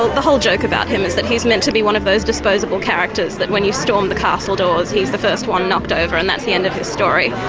the whole joke about him is that he's meant to be one of those disposable characters that when you storm the castle doors he's the first one knocked over and that's the end of his story.